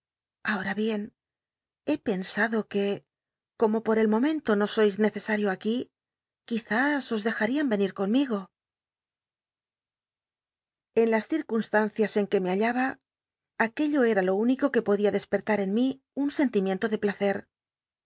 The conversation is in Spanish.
ahora bien he pensado que como por el momento no sois necesario aquí quizás os dejarán venir con migo en las circunstancias en que me hallaba aquello era lo único que pod ia despertar en mi un sentimiento de placer